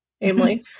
Emily